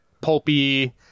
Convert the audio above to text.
pulpy